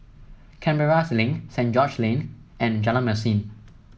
Canberra Link St George's Lane and Jalan Mesin